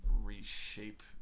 reshape